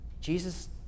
Jesus